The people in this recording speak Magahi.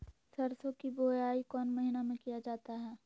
सरसो की बोआई कौन महीने में किया जाता है?